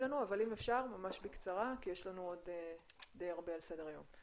אם אפשר בקצרה כי יש לנו עוד די הרבה על סדר היום.